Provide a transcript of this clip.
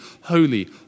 holy